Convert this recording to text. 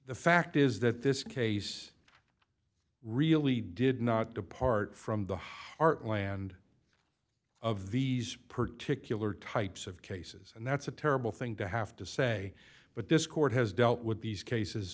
the fact is that this case really did not depart from the heartland of these particular types of cases and that's a terrible thing to have to say but this court has dealt with these cases